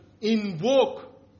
invoke